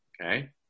Okay